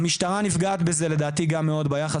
והמשטרה נפגעת מזה לדעתי מבחינת היחס